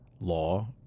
law